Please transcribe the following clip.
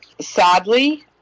sadly